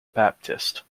baptist